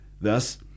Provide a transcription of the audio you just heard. Thus